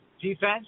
defense